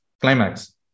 climax